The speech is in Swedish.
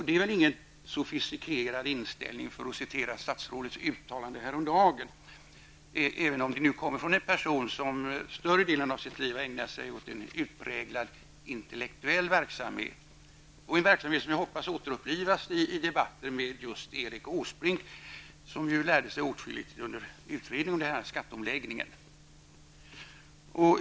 Det är väl ingen ''sofistikerad'' inställning, för att citera statsrådets uttalande häromdagen, även om det nu kommer från en person som under större delen av sin verksamhet har ägnat sig åt en utpräglat intellektuell verksamhet, en verksamhet som jag hoppas kommer att återupplivas i debatter med just Erik Åsbrink, som ju lärde sig åtskilligt under utredningen om skatteomläggningen.